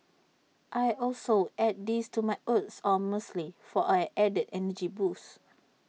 I also add these to my oats or muesli for an added energy boost